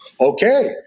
Okay